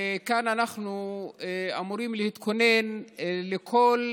כאן אנחנו אמורים להתכונן לכל